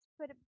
put